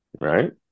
Right